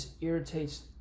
irritates